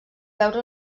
veure